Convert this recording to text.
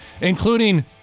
including